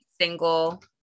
single